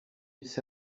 its